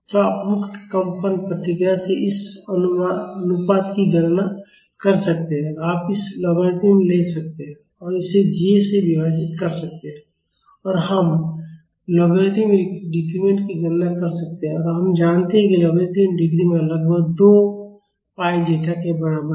तो आप मुक्त कंपन प्रतिक्रिया से इस अनुपात की गणना कर सकते हैं और आप इसका लॉगरिदमिक ले सकते हैं और इसे j से विभाजित कर सकते हैं और हम लॉगरिदमिक डिक्रीमेंट की गणना कर सकते हैं और हम जानते हैं कि लॉगरिदमिक डिक्रीमेंट लगभग 2 पाई ज़ेटा के बराबर है